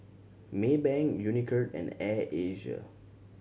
Maybank Unicurd and Air Asia